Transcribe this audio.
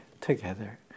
Together